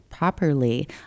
properly